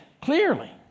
clearly